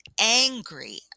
angry